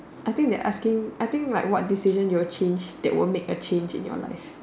I think they are asking I think like what decision you will change that will make a change in your life